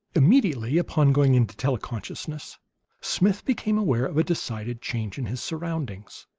immediately upon going into tele-consciousness smith became aware of a decided change in his surroundings.